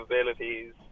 abilities